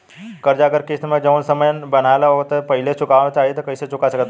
कर्जा अगर किश्त मे जऊन समय बनहाएल बा ओतना से पहिले चुकावे के चाहीं त कइसे चुका सकत बानी?